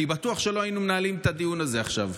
אני בטוח שלא היינו מנהלים את הדיון הזה עכשיו.